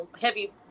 heavy